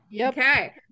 okay